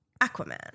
Aquaman